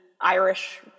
Irish